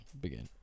begin